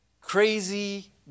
crazy